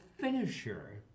finisher